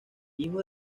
hijo